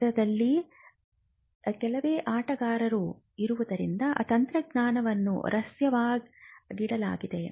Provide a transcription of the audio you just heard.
ಕ್ಷೇತ್ರದಲ್ಲಿ ಕೆಲವೇ ಆಟಗಾರರು ಇರುವುದರಿಂದ ತಂತ್ರಜ್ಞಾನವನ್ನು ರಹಸ್ಯವಾಗಿಡಲಾಗಿದೆ